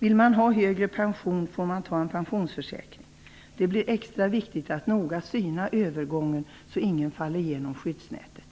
Vill man ha högre pension, får man teckna en pensionsförsäkring. Det blir extra viktigt att noga syna övergången så att ingen faller igenom skyddsnätet.